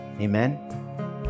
Amen